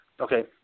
okay